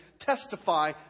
testify